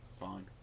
fine